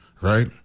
right